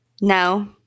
no